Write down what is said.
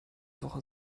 woche